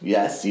Yes